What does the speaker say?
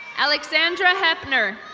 alexandra hepner.